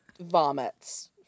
vomits